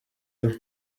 ella